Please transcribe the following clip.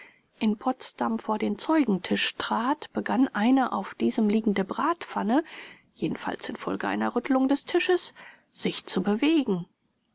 in potsdam vor den zeugentisch trat begann eine auf diesem liegende bratpfanne jedenfalls infolge einer rüttelung des tisches sich zu bewegen